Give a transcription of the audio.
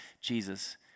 Jesus